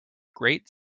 great